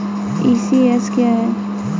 ECS क्या है?